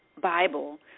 Bible